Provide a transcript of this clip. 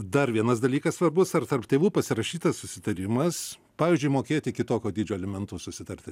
dar vienas dalykas svarbus ar tarp tėvų pasirašytas susitarimas pavyzdžiui mokėti kitokio dydžio elementus susitarti